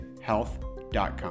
Health.com